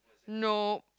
no